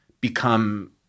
become